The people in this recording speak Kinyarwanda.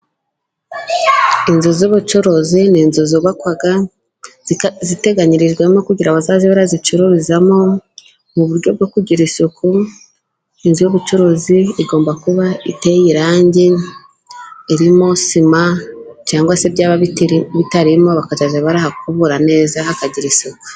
Inzu z'ubucuruzi ni inzu zubakwa ziteganyirijwemo kugira bazajye bazicururizamo, mu buryo bwo kugira isuku, inzu y'ubucuruzi igomba kuba iteye irangi, irimo sima, cyangwa se byaba bitarimo bakajya barahakubura neza, hakagira isuku.